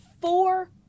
four